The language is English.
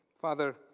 Father